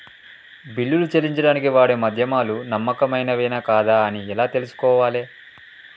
బిల్లులు చెల్లించడానికి వాడే మాధ్యమాలు నమ్మకమైనవేనా కాదా అని ఎలా తెలుసుకోవాలే?